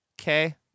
Okay